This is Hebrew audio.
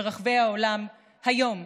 בבירות ברחבי העולם היום.